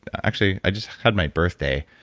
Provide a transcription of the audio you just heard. actually, i just had my birthday,